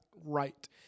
right